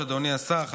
לפי הסדר.